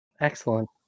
Excellent